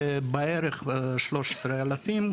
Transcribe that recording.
זה בערך 13 אלף,